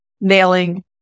nailing